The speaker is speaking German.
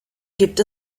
gibt